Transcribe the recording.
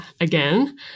again